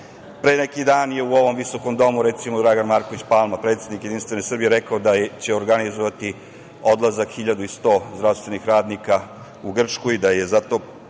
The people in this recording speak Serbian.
neki dan je u ovom visokom domu, recimo Dragan Marković Palma predsednik Jedinstvene Srbije rekao da će organizovati odlazak 1.100 radnika u Grčku i da je za to